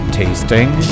tasting